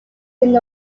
him